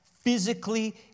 Physically